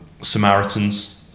Samaritans